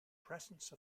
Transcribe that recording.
presence